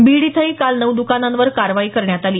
बीड इथंही काल नऊ दुकानांवर कारवाई करण्यात आली